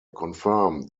confirmed